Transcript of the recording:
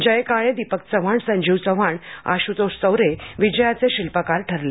जय काळे दिपक चव्हाण संजीव चव्हाण आशुतोष चौरे विजयाचे शिल्पकार ठरले